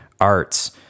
arts